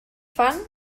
fan